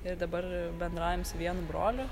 ir dabar bendraujam su vienu broliu